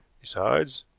besides,